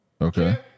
Okay